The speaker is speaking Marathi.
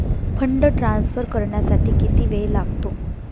फंड ट्रान्सफर करण्यासाठी किती वेळ लागतो?